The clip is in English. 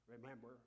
remember